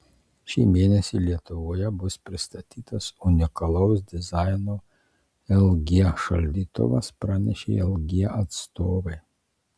šį mėnesį lietuvoje bus pristatytas unikalaus dizaino lg šaldytuvas pranešė lg atstovai